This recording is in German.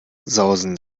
sausen